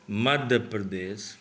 Madhya Pradesh